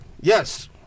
Yes